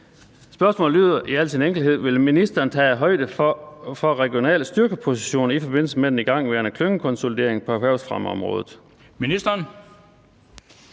Spørgsmålet lyder i al sin enkelhed: Vil ministeren tage højde for regionale styrkepositioner i forbindelse med den igangværende klyngekonsolidering på erhvervsfremmeområdet? Kl.